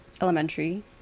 elementary